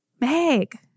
Meg